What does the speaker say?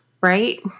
right